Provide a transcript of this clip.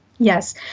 Yes